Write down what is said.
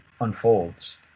unfolds